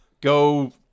go